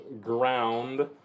ground